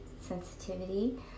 sensitivity